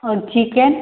और चिकेन